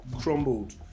crumbled